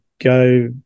go